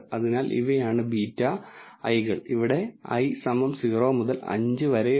അതിനാൽ ഇവയാണ് β̂ i കൾ ഇവിടെ i 0 മുതൽ 5 വരെ ഉണ്ട്